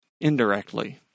indirectly